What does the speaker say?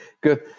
Good